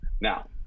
Now